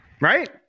Right